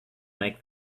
make